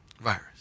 virus